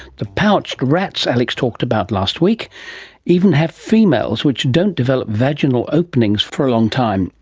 the pouched rats alex talked about last week even have females which don't develop vaginal openings for a long time.